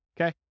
Okay